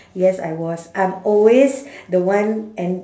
yes I was I'm always the one and